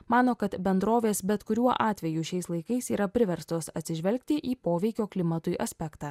mano kad bendrovės bet kuriuo atveju šiais laikais yra priverstos atsižvelgti į poveikio klimatui aspektą